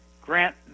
Grant